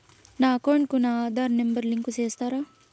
నా అకౌంట్ కు నా ఆధార్ నెంబర్ లింకు చేసారా